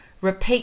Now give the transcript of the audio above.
repeat